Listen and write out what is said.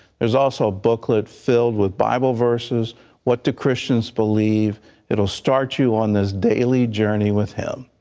there's also booklet filled with bible verses what do christians believe it will start to on this daily journey with him.